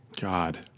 God